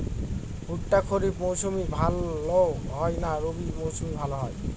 ভুট্টা খরিফ মৌসুমে ভাল হয় না রবি মৌসুমে ভাল হয়?